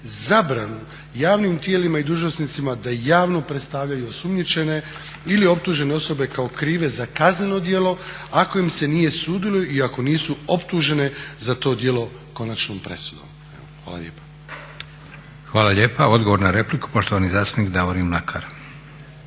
zabranu javnim tijelima i dužnosnicima da javno predstavljaju osumnjičene ili optužene osobe kao krive za kazneno djelo ako im se nije sudilo i ako nisu optužene za to djelo konačnom presudom. Hvala lijepa. **Leko, Josip (SDP)** Hvala lijepa. Odgovor na repliku poštovani zastupnik Davorin Mlakar.